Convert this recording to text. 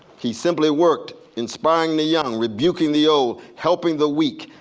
he simply worked inspiring the young, rebuking the old, helping the weak,